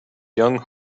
young